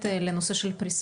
אתה יודע מה זה כשל אזרח?